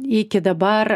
iki dabar